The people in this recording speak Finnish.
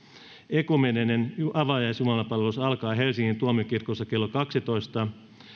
ekumeeninen avajaisjumalanpalvelus alkaa helsingin tuomiokirkossa kello kaksitoista